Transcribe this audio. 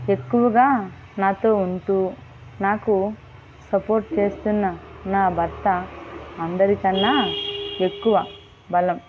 ఎక్కువగా నాతో ఉంటు నాకు సపోర్ట్ చేస్తున్న నా భర్త అందరి కన్నా ఎక్కువ బలం